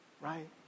right